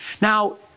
Now